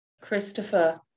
Christopher